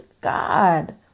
God